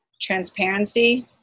transparency